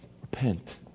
Repent